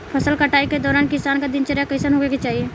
फसल कटाई के दौरान किसान क दिनचर्या कईसन होखे के चाही?